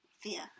fear